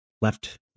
left